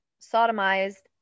sodomized